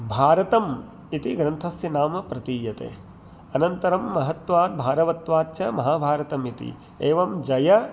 भारतम् इति ग्रन्थस्य नाम प्रतीयते अनन्तरं महत्वात् भारवत्वात् च महाभारतम् इति एवं जय